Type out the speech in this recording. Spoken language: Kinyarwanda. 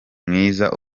mwiza